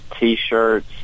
t-shirts